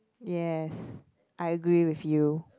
yes I agree with you